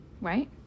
Right